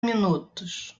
minutos